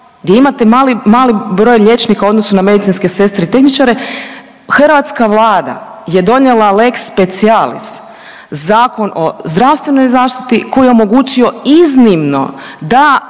gdje imate mali broj liječnika u odnosu na medicinske sestre i tehničare, hrvatska Vlada je donijela lex specialis Zakon o zdravstvenoj zaštiti koji je omogućio iznimno da